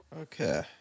Okay